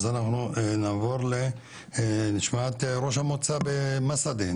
אז אנחנו נעבור לשמוע את ראש המועצה במסעדה.